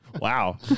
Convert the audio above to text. Wow